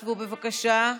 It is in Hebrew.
שבו, בבקשה.